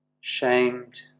shamed